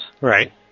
Right